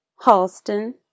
Halston